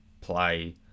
play